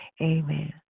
Amen